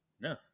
No